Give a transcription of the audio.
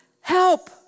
help